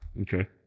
Okay